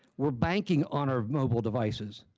we're banking on our mobile devices.